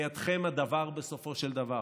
בידכם הדבר, בסופו של דבר,